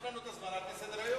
אנחנו תכננו את הזמן על-פי סדר-היום.